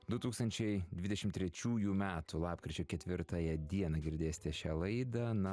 du tūkstančiai dvidešim trečiųjų metų lapkričio ketvirtąją dieną girdėsite šią laidą na